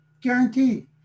Guaranteed